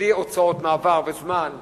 בלי הוצאות מעבר וזמן ביניים,